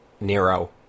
Nero